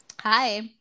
hi